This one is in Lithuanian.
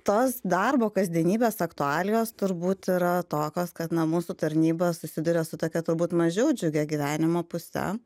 tos darbo kasdienybės aktualijos turbūt yra tokios kad na mūsų tarnyba susiduria su tokia turbūt mažiau džiugia gyvenimo puse